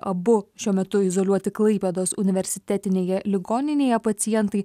abu šiuo metu izoliuoti klaipėdos universitetinėje ligoninėje pacientai